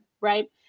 right